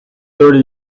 thirty